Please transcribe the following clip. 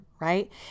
right